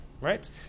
right